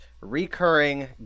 recurring